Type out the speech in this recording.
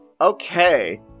Okay